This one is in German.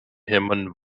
hermann